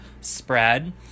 spread